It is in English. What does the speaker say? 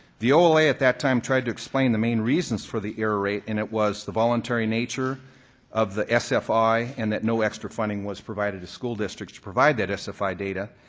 the ola at that time tried to explain the main reasons for the error rate and it was the voluntary nature of the sfi and that no extra funding was provided to school districts to provide that sfi data.